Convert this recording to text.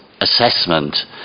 assessment